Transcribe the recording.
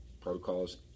protocols